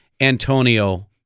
Antonio